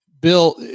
Bill